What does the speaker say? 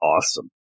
awesome